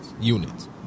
units